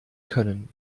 können